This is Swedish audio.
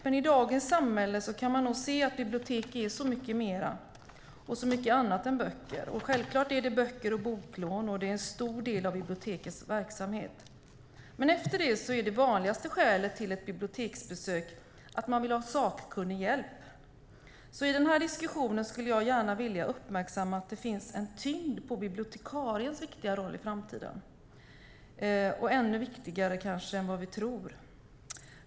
Men i dagens samhälle kan man nog se att bibliotek är så mycket mer, är så mycket annat än böcker. Självklart är böcker och boklån en stor del av bibliotekens verksamhet. Men efter det är det vanligaste skälet till ett biblioteksbesök att man vill ha sakkunnig hjälp. I den här diskussionen skulle därför jag gärna vilja uppmärksamma att det finns en tyngd på bibliotekariens viktiga roll i framtiden - en kanske ännu viktigare roll än vi tror.